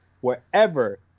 wherever